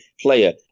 player